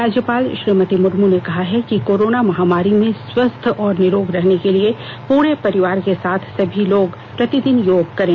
राज्यपाल श्रीमती मुर्मू ने कहा है कि कोरोना महामारी में स्वस्थ और निरोग रहने के लिए पूरे परिवार के साथ सभी लोग प्रतिदिन योग करें